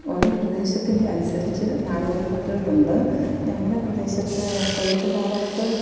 ഒരു പ്രദേശത്തിൻറെ അനുസരിച്ച് നാടോടി പാട്ടുകൾ ഉണ്ട് ഞങ്ങളുടെ പ്രദേശത്തു കൊയ്ത്തു കാലത്ത്